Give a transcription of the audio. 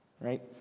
right